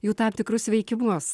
jų tam tikrus veikimus